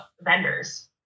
vendors